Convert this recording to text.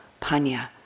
panya